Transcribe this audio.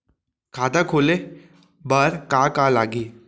खाता खोले बार का का लागही?